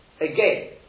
again